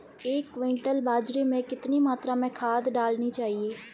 एक क्विंटल बाजरे में कितनी मात्रा में खाद डालनी चाहिए?